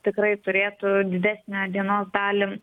tikrai turėtų didesnę dienos dalį